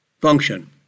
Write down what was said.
function